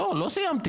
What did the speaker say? לא, לא סיימתי.